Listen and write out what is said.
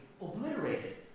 obliterated